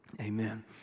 Amen